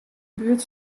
buert